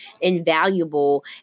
invaluable